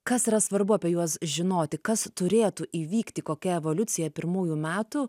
kas yra svarbu apie juos žinoti kas turėtų įvykti kokia evoliucija pirmųjų metų